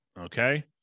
Okay